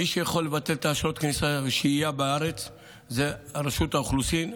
מי שיכול לבטל את אשרות השהייה בארץ הוא רשות האוכלוסין.